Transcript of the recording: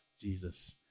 Jesus